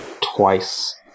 twice